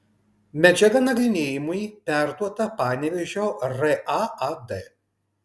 medžiaga nagrinėjimui perduota panevėžio raad